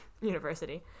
University